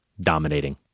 dominating